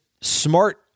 smart